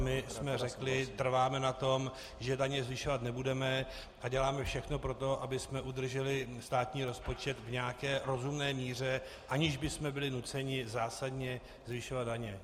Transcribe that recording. My jsme řekli: trváme na tom, že daně zvyšovat nebudeme, a děláme všechno proto, abychom udrželi státní rozpočet v nějaké rozumné míře, aniž bychom byli nuceni zásadně zvyšovat daně.